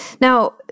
Now